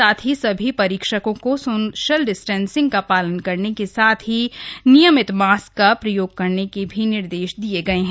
साथ ही सभी परीक्षकों को सोशल डिस्टेंस का पालन करने के साथ ही नियमित मास्क का प्रयोग करने के निर्देश दिए गए हैं